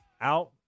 out